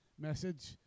message